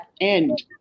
end